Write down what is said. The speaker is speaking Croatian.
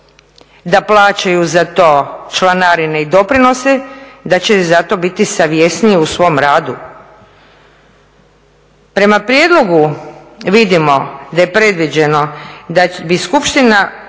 da plaćaju za to članarine i doprinose, da će zato biti savjesniji u svom radu? Prema prijedlogu vidimo da je predviđeno da bi skupština